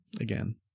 again